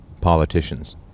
politicians